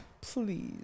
Please